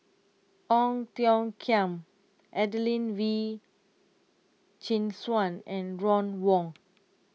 Ong Tiong Khiam Adelene Wee Chin Suan and Ron Wong